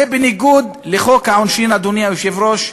זה בניגוד לחוק העונשין, אדוני היושב-ראש,